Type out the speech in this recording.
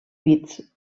bits